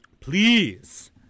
please